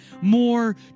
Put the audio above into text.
more